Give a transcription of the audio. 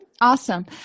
awesome